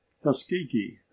tuskegee